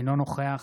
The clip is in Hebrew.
אינו נוכח